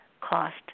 cost